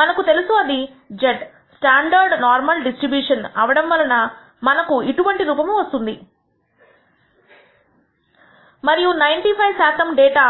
మనకు తెలుసు అది z స్టాండర్డ్ నార్మల్ డిస్ట్రిబ్యూషన్ అవ్వడం వలన మనకు ఇటువంటి రూపము వస్తుంది మరియు 95 శాతం డేటా